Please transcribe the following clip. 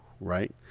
Right